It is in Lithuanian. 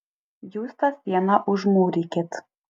jūs tą sieną užmūrykit